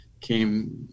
came